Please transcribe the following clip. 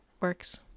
Works